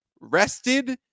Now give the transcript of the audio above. rested